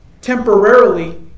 temporarily